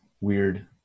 weird